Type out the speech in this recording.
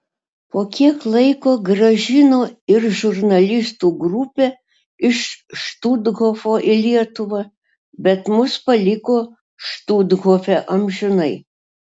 po kiek laiko grąžino ir žurnalistų grupę iš štuthofo į lietuvą bet mus paliko štuthofe amžinai